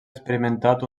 experimentat